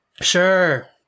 Sure